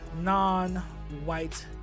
non-white